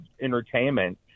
entertainment